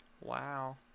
wow